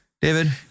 David